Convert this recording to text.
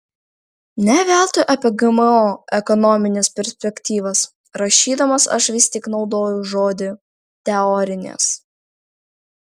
ne veltui apie gmo ekonomines perspektyvas rašydamas aš vis tik naudoju žodį teorinės